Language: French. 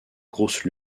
grosse